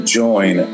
join